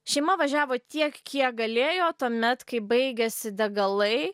šeima važiavo tiek kiek galėjo tuomet kai baigėsi degalai